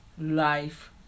life